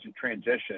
transition